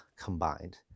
combined